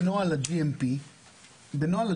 בנוהל ה-GMP מאושר.